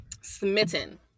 smitten